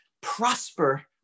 prosper